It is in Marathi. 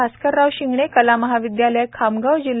भास्करराव शिंगणे कला महाविद्यालय खामगांव जि